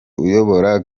uyobora